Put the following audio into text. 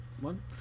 one